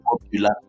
popular